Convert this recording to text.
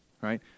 right